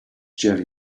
jelly